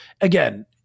Again